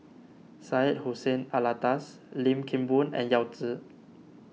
Syed Hussein Alatas Lim Kim Boon and Yao Zi